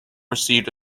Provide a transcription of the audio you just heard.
received